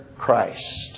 Christ